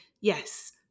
yes